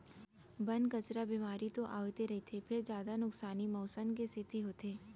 बन, कचरा, बेमारी तो आवते रहिथे फेर जादा नुकसानी मउसम के सेती होथे